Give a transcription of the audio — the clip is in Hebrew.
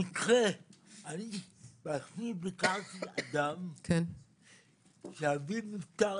במקרה ביקרתי אדם שאביו נפטר,